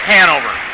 Hanover